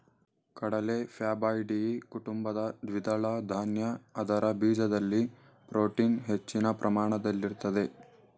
ಕಡಲೆ ಫ್ಯಾಬಾಯ್ಡಿಯಿ ಕುಟುಂಬದ ದ್ವಿದಳ ಧಾನ್ಯ ಅದರ ಬೀಜದಲ್ಲಿ ಪ್ರೋಟೀನ್ ಹೆಚ್ಚಿನ ಪ್ರಮಾಣದಲ್ಲಿರ್ತದೆ